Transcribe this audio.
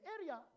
area